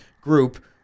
group